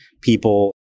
people